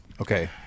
Okay